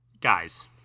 Guys